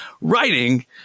writing